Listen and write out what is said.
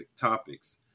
topics